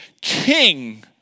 king